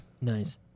Nice